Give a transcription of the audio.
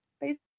based